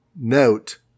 Note